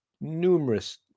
numerous